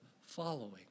following